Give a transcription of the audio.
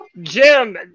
Jim